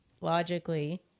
logically